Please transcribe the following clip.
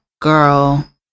girl